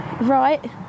Right